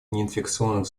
неинфекционных